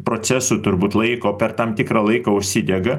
procesų turbūt laiko per tam tikrą laiką užsidega